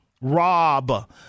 Rob